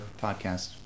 podcast